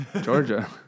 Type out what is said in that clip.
Georgia